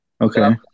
Okay